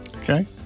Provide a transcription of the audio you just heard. Okay